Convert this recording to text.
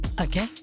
Okay